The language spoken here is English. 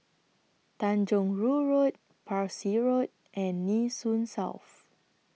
Tanjong Rhu Road Parsi Road and Nee Soon South